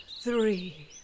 three